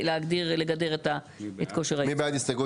ולגדר את כושר הייצור.